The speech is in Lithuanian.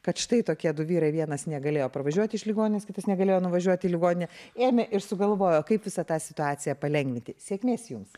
kad štai tokia du vyrai vienas negalėjo parvažiuoti iš ligoninės kitas negalėjo nuvažiuoti į ligoninę ėmė ir sugalvojo kaip visą tą situaciją palengvinti sėkmės jums